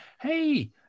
Hey